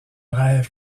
rêve